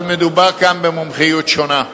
אבל מדובר כאן במומחיות שונה,